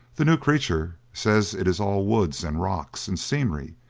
the new creature says it is all woods and rocks and scenery,